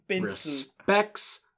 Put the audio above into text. respects